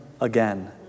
again